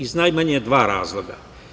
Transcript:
Iz najmanje dva razloga.